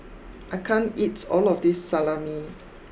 I can't eat all of this Salami